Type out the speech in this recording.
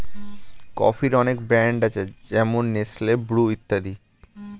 কফির অনেক ব্র্যান্ড আছে যেমন নেসলে, ব্রু ইত্যাদি